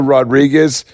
Rodriguez